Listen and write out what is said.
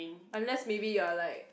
unless maybe you are like